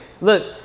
look